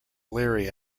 larry